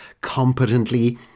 competently